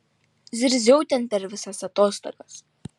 zirziau ten per visas atostogas